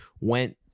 went